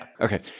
Okay